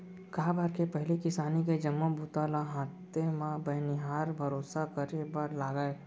काबर के पहिली किसानी के जम्मो बूता ल हाथे म बनिहार भरोसा करे बर लागय